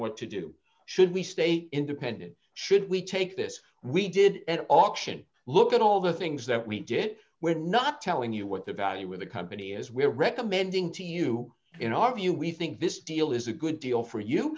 what to do should we stay independent should we take this we did an auction look at all the things that we did we're not telling you what the value of the company is we're recommending to you in our view we think this deal is a good deal for you